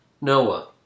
Noah